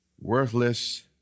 worthless